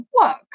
work